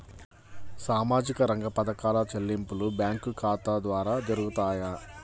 సామాజిక రంగ పథకాల చెల్లింపులు బ్యాంకు ఖాతా ద్వార జరుగుతాయా?